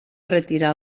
retirar